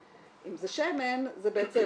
אם זה שמן זה בעצם